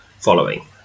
following